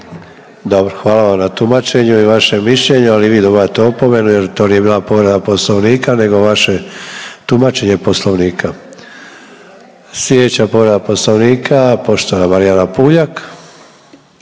Dobro, hvala vam na tumačenju i vašem mišljenju ali i vi dobivate opomenu jer to nije bila povreda Poslovnika nego vaše tumačenje Poslovnika. Sljedeća povreda Poslovnika poštovana Marijana Puljak.